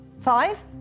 Five